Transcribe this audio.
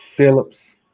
Phillips